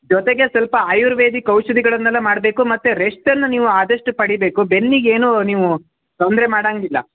ಜೊತೆಗೆ ಸ್ವಲ್ಪ ಆಯುರ್ವೇದಿಕ್ ಔಷಧಿಗಳನ್ನೆಲ್ಲ ಮಾಡಬೇಕು ಮತ್ತೆ ರೆಸ್ಟನ್ನು ನೀವು ಆದಷ್ಟು ಪಡಿಬೇಕು ಬೆನ್ನಿಗೆ ಏನು ನೀವು ತೊಂದರೆ ಮಾಡೊಂಗಿಲ್ಲ